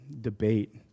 debate